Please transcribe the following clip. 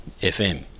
FM